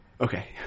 Okay